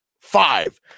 five